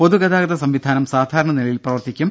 പൊതുഗതാഗത സംവിധാനം സാധാരണ നിലയിൽ പ്രവർത്തിക്കും